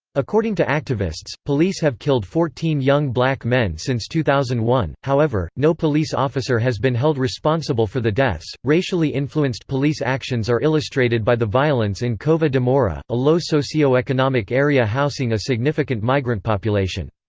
according to activists, police have killed fourteen young black men since two thousand and one, however, no police officer has been held responsible for the deaths racially influenced police actions are illustrated by the violence in cova de moura, a low socio-economic area housing a significant migrant population.